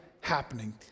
happening